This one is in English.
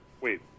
Wait